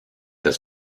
das